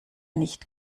nicht